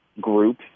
group